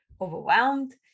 overwhelmed